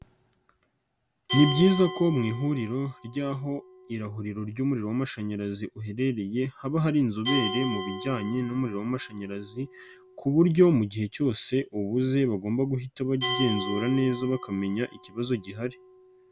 Ni byiza ko mu ihuriro ry'aho irahuriro ry'umuriro w'amashanyarazi uherereye haba hari inzobere mu bijyanye n'umuriro w'amashanyarazi ku buryo mu gihe cyose ubuze bagomba guhita bagenzura neza bakamenya ikibazo gihari.